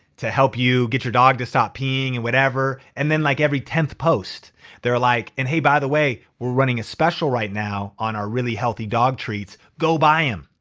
to help you get your dog to stop peeing and whatever. and then like every tenth post they're like, and hey, by the way, we're running a special right now on our really healthy dog treats, go buy em.